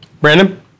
Brandon